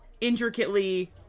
intricately